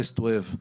nice to have.